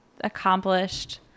accomplished